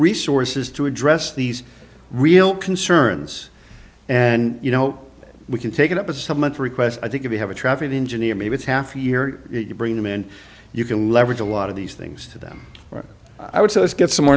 resources to address these real concerns and you know we can take it up with someone to request i think if you have a traffic engineer meet with half a year you bring them in and you can leverage a lot of these things to them i would say let's get some more